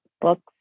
books